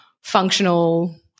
functional